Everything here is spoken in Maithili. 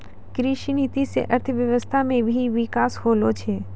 कृषि नीति से अर्थव्यबस्था मे भी बिकास होलो छै